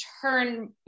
turn